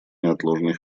неотложный